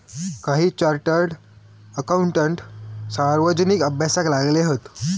काही chartered accountant सार्वजनिक अभ्यासाक लागले हत